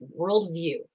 worldview